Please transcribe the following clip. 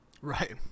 Right